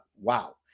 wow